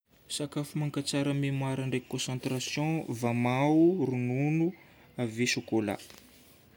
Sakafo mankatsara mémoire ndraiky concentration: vamaho, ronono, ave chocolat.